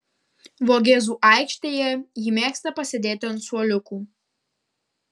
vogėzų aikštėje ji mėgsta pasėdėti ant suoliukų